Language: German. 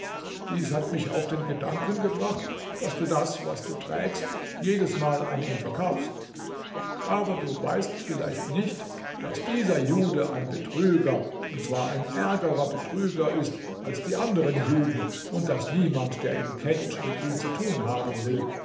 dies hat mich auf den gedanken gebracht daß du das was du trägst jedesmal an ihn verkaufst aber du weißt vielleicht nicht daß dieser jude ein betrüger und zwar ein ärgerer betrüger ist als die anderen juden und daß niemand der ihn kennt mit ihm zu tun haben will